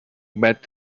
met